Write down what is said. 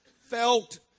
felt